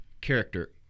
character